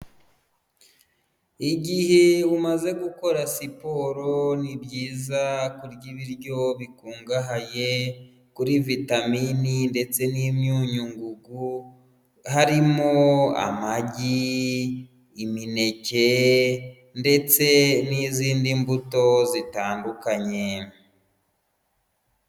Igihe umaze gukora siporo ni byiza kurya ibiryo bikungahaye kuri vitamini, ndetse n'imyunyu ngugu harimo amagi, imineke, ndetse n'izindi mbuto zitandukanye.